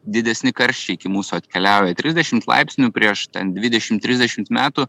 didesni karščiai iki mūsų atkeliauja trisdešimt laipsnių prieš dvidešim trisdešimt metų